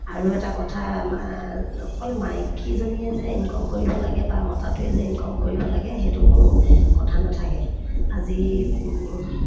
আৰু এটা কথা অকল মাইকীজনীয়ে যে ইনকম কৰিব লাগে বা মতাটোৱে যে ইনকম কৰিব লাগে সেইটো কোনো কথা নাথাকে আজি